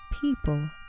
people